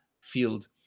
field